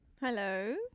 Hello